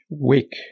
week